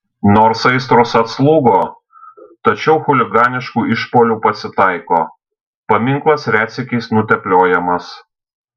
nors aistros atslūgo tačiau chuliganiškų išpuolių pasitaiko paminklas retsykiais nutepliojamas